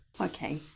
Okay